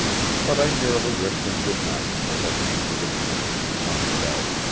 but i merely wished him good night as i paid for the drink, and sauntered out.